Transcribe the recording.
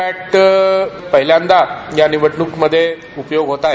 पॅटचा पहिल्यांदा या निवडण्कीमध्ये उपयोग होत आहे